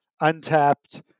untapped